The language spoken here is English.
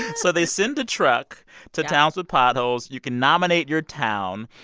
so they send a truck to towns with potholes. you can nominate your town.